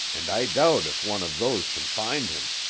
and i doubt if one of those can find him.